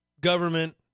government